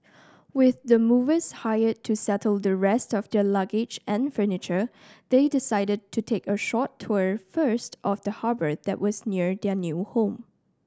with the movers hired to settle the rest of their luggage and furniture they decided to take a short tour first of the harbour that was near their new home